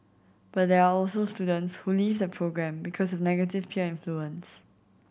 but there are also students who leave the programme because of negative peer influence